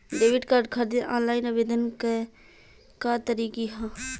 Debit card खातिर online आवेदन के का तरीकि ह?